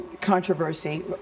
controversy